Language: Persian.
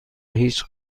هیچ